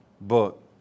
book